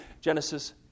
Genesis